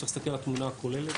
צריך להסתכל על התמונה הכוללת.